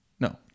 No